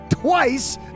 twice